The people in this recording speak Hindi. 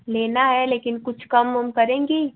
लेना है लेकिन कुछ कम वम करेंगी